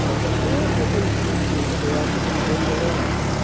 but relatively few troops are actually in the line,